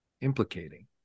implicating